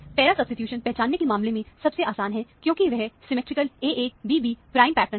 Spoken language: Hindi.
पैरा सब्सीट्यूशन पहचानने की मामले में सबसे आसान है क्योंकि वह सिमिट्रिकल AA'BB' प्राइम पैटर्न है